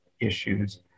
issues